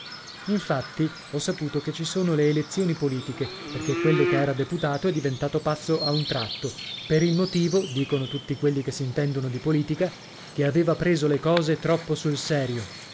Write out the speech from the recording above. infatti ho saputo che ci sono le elezioni politiche perché quello che era deputato è diventato pazzo a un tratto per il motivo dicono tutti quelli che s'intendono di politica che aveva preso le cose troppo sul serio